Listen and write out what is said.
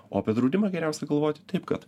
o apie draudimą geriausia galvoti taip kad